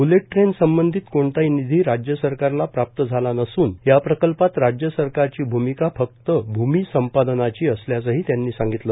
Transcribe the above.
bullet train संबंधीत कोणताही निधी राज्य सरकारला प्राप्त झाला नसून या प्रकल्पात राज्य सरकारची भूमिका फक्त भूमी संपादनाची असल्याचंही त्यांनी सांगितलं